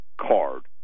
card